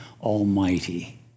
Almighty